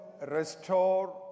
restore